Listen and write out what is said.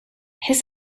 his